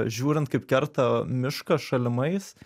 žiūrint kaip kerta mišką šalimais